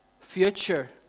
future